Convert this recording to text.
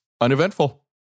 Uneventful